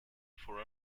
for